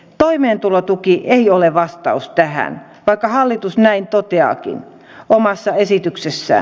toimeentulotuki ei ole vastaus tähän vaikka hallitus näin toteaakin omassa esityksessään